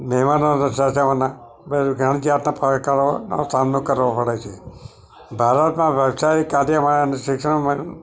મહેમાનોને સાચવવાના પછી ગામથી આવતા પડકારોનો સામનો કરવો પડે છે ભારતમાં વ્યવસાયિક કાર્યોમાં શિક્ષણમાં